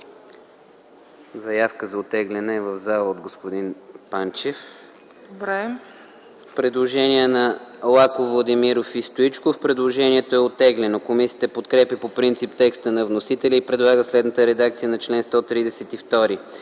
Заявка за оттегляне в залата от господин Панчев. Предложение на Лаков, Владимиров и Стоичков. Предложението е оттеглено. Комисията подкрепя по принцип текста на вносителя и предлага следната редакция на чл. 132: